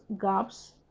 gaps